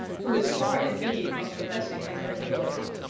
who is far indeed from professing impeccability.